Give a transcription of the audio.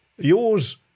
Yours